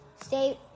Stay